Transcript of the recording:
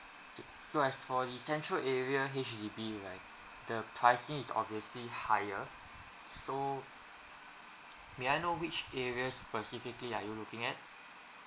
so as for the central area H_D_B right the pricing is obviously higher so may I know which areas specifically are you looking at